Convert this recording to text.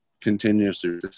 continuously